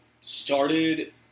started